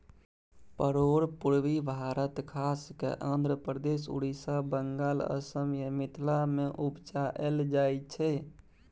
परोर पुर्वी भारत खास कय आंध्रप्रदेश, उड़ीसा, बंगाल, असम आ मिथिला मे उपजाएल जाइ छै